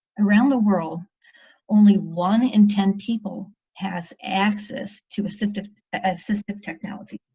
around the world only one in ten people has access to assistive assistive technologies.